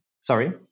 Sorry